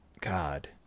god